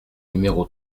numéro